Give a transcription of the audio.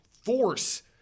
force